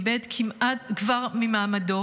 איבד כבר ממעמדו,